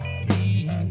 see